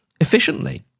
efficiently